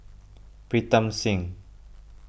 Pritam Singh